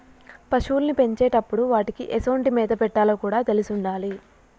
పశువుల్ని పెంచేటప్పుడు వాటికీ ఎసొంటి మేత పెట్టాలో కూడా తెలిసుండాలి